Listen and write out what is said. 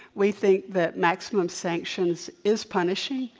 we think that maximum sanctions is punishing.